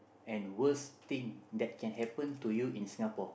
and worst thing that can happen to you in Singapore